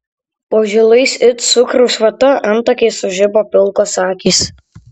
po žilais it cukraus vata antakiais sužibo pilkos akys